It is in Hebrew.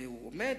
והוא עומד,